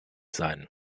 sein